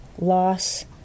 loss